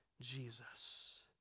Jesus